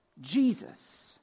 Jesus